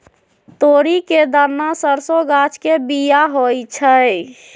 तोरी के दना सरसों गाछ के बिया होइ छइ